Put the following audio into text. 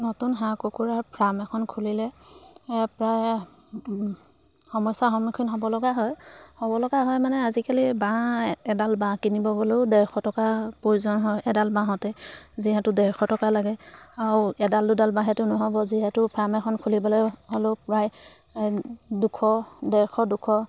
নতুন হাঁহ কুকুৰাৰ ফাৰ্ম এখন খুলিলে প্ৰায় সমস্যাৰ সন্মুখীন হ'ব লগা হয় হ'ব লগা হয় মানে আজিকালি বাঁহ এডাল বাঁহ কিনিব গ'লেও ডেৰশ টকা প্ৰয়োজন হয় এডাল বাঁহতে যিহেতু ডেৰশ টকা লাগে আও এডাল দুডাল বাঁহেতো নহ'ব যিহেতু ফাৰ্ম এখন খুলিবলৈ হ'লেও প্ৰায় দুশ ডেৰশ দুশ